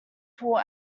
poor